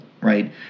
right